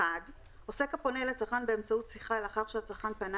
עוסק הפונה לצרכן באמצעות שיחה לאחר שהצרכן פנה